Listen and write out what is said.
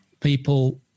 people